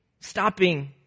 stopping